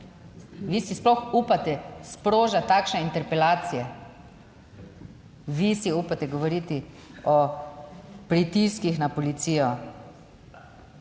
vi si sploh upate sprožati takšne interpelacije? Vi si upate govoriti o pritiskih na policijo?